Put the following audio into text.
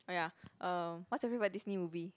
oh ya uh what's your favourite disney movie